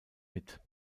mit